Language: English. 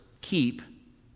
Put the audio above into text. keep